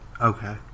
Okay